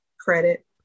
credit